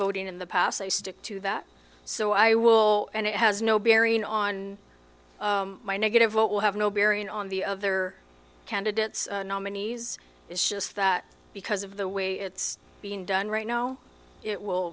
voting in the past i stick to that so i will and it has no bearing on my negative vote will have no bearing on the other candidates nominees it's just that because of the way it's being done right now it will